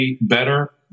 better